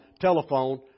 telephone